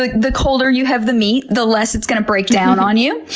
like the colder you have the meat the less it's going to break down on you.